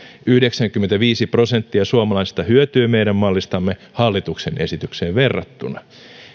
yhdeksänkymmentäviisi prosenttia suomalaisista hyötyy meidän mallistamme hallituksen esitykseen verrattuna